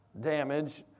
damage